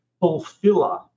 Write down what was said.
fulfiller